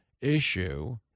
issue